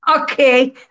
Okay